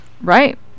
right